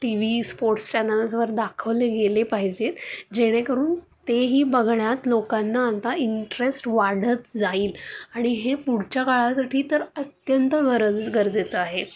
T V sports चॅनल्सवर दाखवले गेले पाहिजेत जेणेकरून तेही बघण्यात लोकांना आता इंटरेस्ट वाढत जाईल आणि हे पुढच्या काळासाठी तर अत्यंत गरज गरजेचं आहे